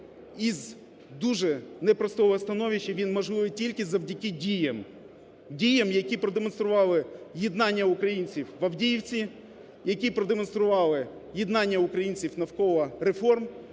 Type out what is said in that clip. із дуже непростого становища він можливий тільки завдяки діям, діям, які продемонстрували єднання українців в Авдіївці, які продемонстрували єднання українців навколо реформ